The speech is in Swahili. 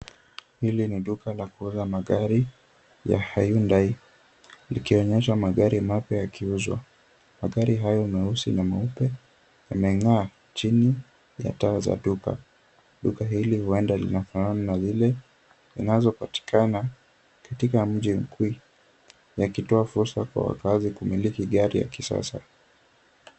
Hili ni duka la kuuza magari ya Hayundai. Likionyeshwa magari mapya yakiuzwa. Magari hayo meusi na meupe yameng'aa chini ya taa za duka. Duka hili huenda linafafana na zile zinazopatikana katika mji mkuu, yakitoa fursa kwa wakazi kumiliki gari ya kisasa.